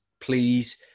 Please